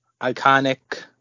iconic